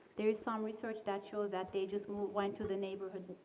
there is some research that shows that they just move went to the neighborhood,